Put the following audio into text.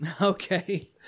Okay